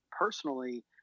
personally